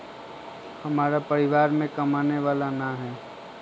हमरा परिवार में कमाने वाला ना है?